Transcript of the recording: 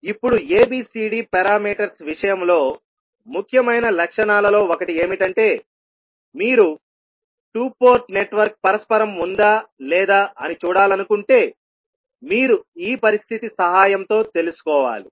ఇప్పుడు ABCD parameters విషయంలో ముఖ్యమైన లక్షణాలలో ఒకటి ఏమిటంటే మీరు 2 పోర్ట్ నెట్వర్క్ పరస్పరం ఉందా లేదా అని చూడాలనుకుంటే మీరు ఈ పరిస్థితి సహాయంతో తెలుసుకోవాలి